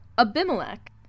Abimelech